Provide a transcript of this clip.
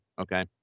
Okay